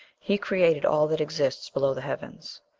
he created all that exists below the heavens.